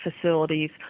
facilities